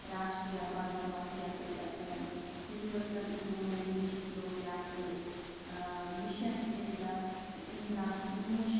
راشٹریہ بل سوتھیا کریاکَرَم یونیورسل اِمیونایزیشَن پرٛوگرام کٔرِکھ مِشَن اِندرا اندرا نوٗش